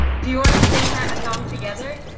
do you want to sing that song together?